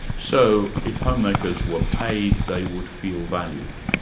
so if homemakers were paid, they would feel valued?